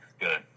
Good